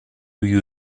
you